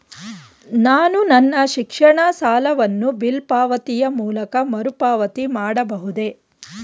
ನಾನು ನನ್ನ ಶಿಕ್ಷಣ ಸಾಲವನ್ನು ಬಿಲ್ ಪಾವತಿಯ ಮೂಲಕ ಮರುಪಾವತಿ ಮಾಡಬಹುದೇ?